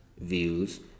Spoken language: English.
Views